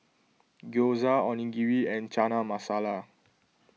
Gyoza Onigiri and Chana Masala